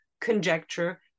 conjecture